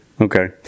Okay